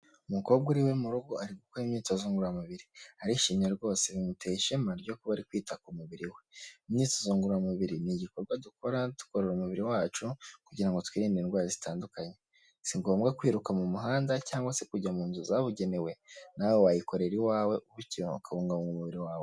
Umukobwa uri iwe mu rugo ari gukora imyitozo ngororamubiri, arishiya rwose bimuteye ishema ryo kuba kwita ku mubiri we, imyitozo ngororamubiri ni igikorwa dukora dukorera umubiri wacu kugirango twirinde indwara zitandukanye, sigombwa kwiruka mu muhanda cyangwa se kujya mu nzu zabugenewe, nawe wayikorera iwawe bityo ukabungabunga umubiri wawe.